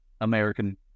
American